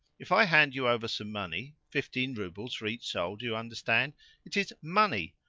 if i hand you over some money fifteen roubles for each soul, do you understand it is money,